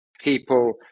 people